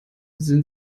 sind